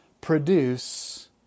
produce